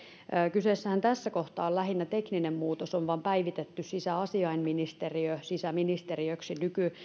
kyseessähän tässä kohtaa on lähinnä tekninen muutos on vain päivitetty sisäasiainministeriö sisäministeriöksi